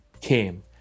came